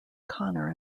conner